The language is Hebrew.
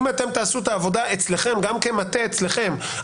אם תעשו את העבודה גם כעבודת מטה אצלכם,